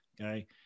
Okay